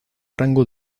rango